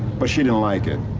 but she didn't like it,